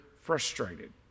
frustrated